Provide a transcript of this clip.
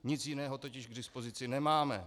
Nic jiného totiž k dispozici nemáme.